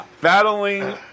battling